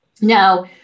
Now